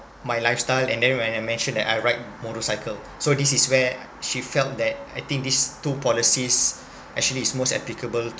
my lifestyle and then when I mentioned that I ride motorcycle so this is where she felt that I think this two policies actually is most applicable